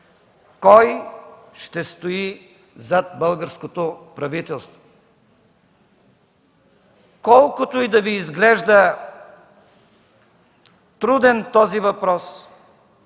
кой ще стои зад българското правителство? Колкото и да Ви изглежда труден този въпрос,